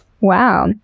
Wow